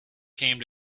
came